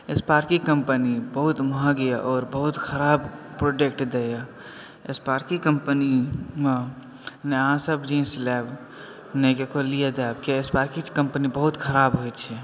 Sparky company बहुत महग यऽ आओर बहुत ख़राब प्रोडक्ट दैया स्पार्की कम्पनी मे नहि सब जींस लेब नहि केकरो लीए देब की अछि स्पार्की कम्पनी बहुत ख़राब होइ छै